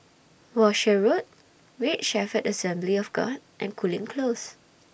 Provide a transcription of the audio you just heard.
Walshe Road Great Shepherd Assembly of God and Cooling Close